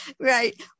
Right